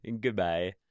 Goodbye